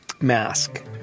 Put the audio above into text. mask